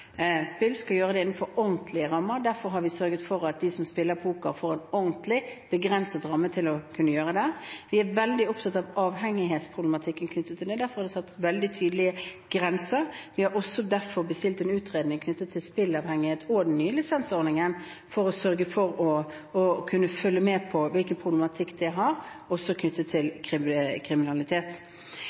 det innenfor ordentlige rammer. Derfor har vi sørget for at de som spiller poker, får en ordentlig og begrenset ramme for å gjøre det. Vi er veldig opptatt av avhengighetsproblematikken knyttet til dette, og derfor har vi satt veldig tydelige grenser. Det er også derfor vi har bestilt en utredning knyttet til spillavhengighet og den nye lisensordningen, for å kunne følge med på hvilken problematikk det gir, også knyttet til kriminalitet.